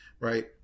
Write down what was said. Right